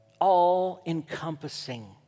all-encompassing